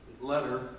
letter